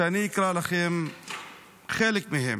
אני אקרא לכם חלק מהם: